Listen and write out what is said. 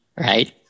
right